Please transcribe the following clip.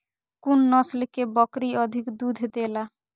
कुन नस्ल के बकरी अधिक दूध देला?